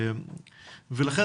ולכן,